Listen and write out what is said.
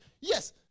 yes